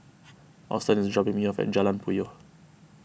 Auston is dropping me off at Jalan Puyoh